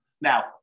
Now